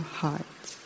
hearts